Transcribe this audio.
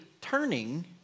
turning